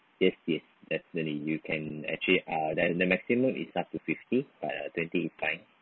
yes yes definitely you can actually uh then the maximum is up to fifty uh twenty is fine